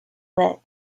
lit